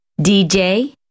DJ